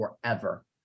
forever